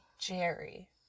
jerry